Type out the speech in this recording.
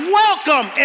welcome